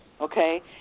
okay